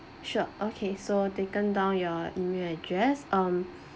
sure okay so taken down your email address um